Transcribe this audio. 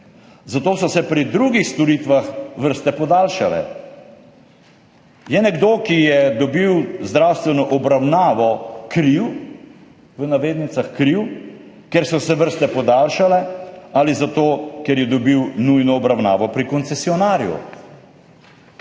Zato so se pri drugih storitvah vrste podaljšale. Je nekdo, ki je dobil zdravstveno obravnavo, kriv, v navednicah kriv, ker so se vrste podaljšale ali zato ker je dobil nujno obravnavo pri koncesionarju?